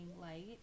light